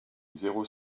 zéro